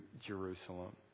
Jerusalem